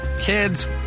Kids